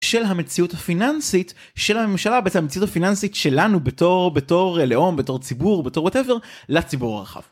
של המציאות הפיננסית של הממשלה ואת המציאות הפיננסית שלנו בתור בתור לאום בתור ציבור בתור וואטאבר לציבור הרחב.